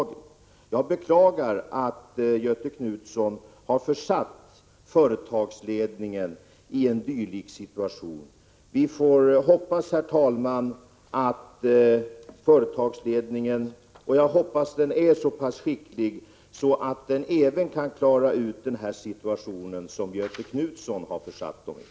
Jag beklagar att Göthe Knutson har försatt företagsledningen i en sådan här situation. Jag hoppas, herr talman, att företagsledningen är så pass skicklig att den kan klara även den situation som Göthe Knutson har försatt den i.